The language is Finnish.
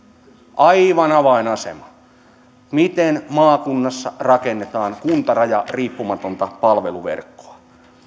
aivan avainasema miten maakunnassa rakennetaan kuntarajariippumatonta palveluverkkoa